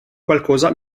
qualcosa